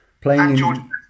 playing